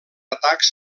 atacs